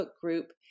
group